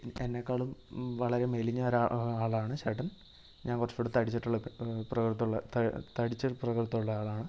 എന്നെക്കാളും വളരെ മെലിഞ്ഞ ഒരാൾ ആളാണ് ചേട്ടൻ ഞാൻ കുറച്ചൂടെ തടിച്ചിട്ടുള്ള പ പ്രകൃതമുള്ള ത തടിച്ചൊരു പ്രകൃതമുള്ള ആളാണ്